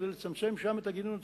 כדי לצמצם שם את הגינון הציבורי.